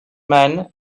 man